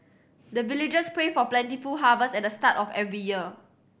the villagers pray for plentiful harvest at the start of every year